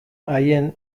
haien